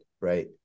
right